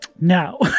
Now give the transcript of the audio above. Now